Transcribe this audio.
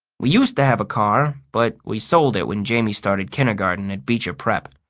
we used to have a car, but we sold it when jamie started kindergarten at beecher prep.